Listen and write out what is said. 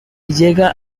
llega